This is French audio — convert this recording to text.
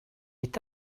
est